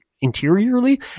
interiorly